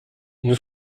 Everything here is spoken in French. nous